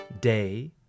day